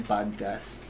Podcast